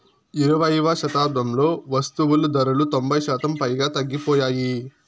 ఇరవైయవ శతాబ్దంలో వస్తువులు ధరలు తొంభై శాతం పైగా తగ్గిపోయాయి